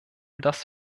das